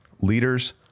leaders